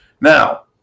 Now